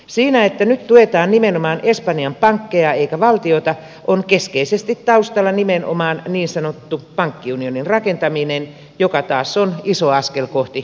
siinä että nyt tuetaan nimenomaan espanjan pankkeja eikä valtiota on keskeisesti taustalla nimenomaan niin sanottu pankkiunionin rakentaminen joka taas on iso askel kohti liittovaltiota